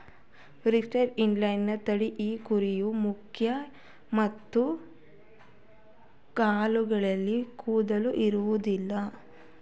Leicester England ತಳಿ ಈ ಕುರಿಯ ಮುಖ ಮತ್ತು ಕಾಲುಗಳಲ್ಲಿ ಕೂದಲು ಇರೋದಿಲ್ಲ